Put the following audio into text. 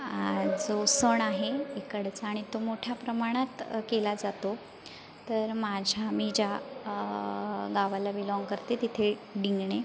हा जो सण आहे इकडचा आणि तो मोठ्या प्रमाणात केला जातो तर माझ्या मी ज्या गावाला बिलाँग करते तिथे डिंगणे